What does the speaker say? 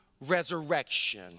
resurrection